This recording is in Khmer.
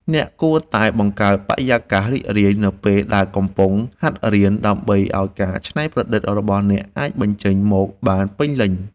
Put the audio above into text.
អ្នកគួរតែបង្កើតបរិយាកាសរីករាយនៅពេលដែលកំពុងហាត់រៀន ដើម្បីឱ្យការច្នៃប្រឌិតរបស់អ្នកអាចបញ្ចេញមកបានពេញលេញ។